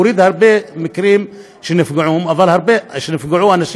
הוריד הרבה מקרים שאנשים נפגעו מטיפול